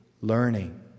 learning